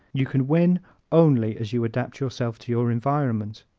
you can win only as you adapt yourself to your environment.